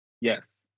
Yes